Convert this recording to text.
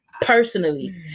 personally